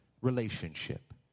relationship